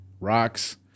rocks